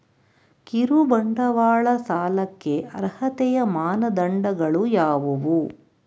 ಕಿರುಬಂಡವಾಳ ಸಾಲಕ್ಕೆ ಅರ್ಹತೆಯ ಮಾನದಂಡಗಳು ಯಾವುವು?